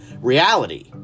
reality